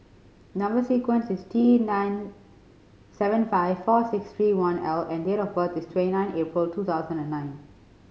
number sequence is T nine seven five four six three one L and date of birth is twenty nine April two thousand and nine